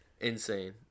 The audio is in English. Insane